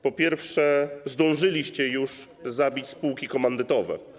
Po pierwsze, zdążyliście już zabić spółki komandytowe.